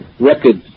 records